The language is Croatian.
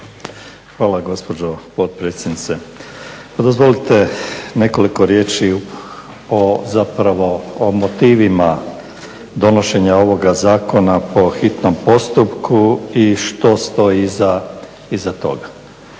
Hvala gospođo potpredsjednice. Pa dozvolite nekoliko riječi o zapravo motivima donošenja ovoga zakona po hitnom postupku i što stoji iza toga.